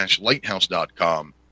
lighthouse.com